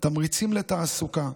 תמריצים לתעסוקה,